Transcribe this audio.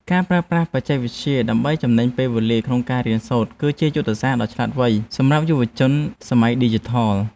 ការប្រើប្រាស់បច្ចេកវិទ្យាដើម្បីចំណេញពេលវេលាក្នុងការរៀនសូត្រ គឺជាយុទ្ធសាស្ត្រដ៏ឆ្លាតវៃសម្រាប់យុវជនសម័យឌីជីថល។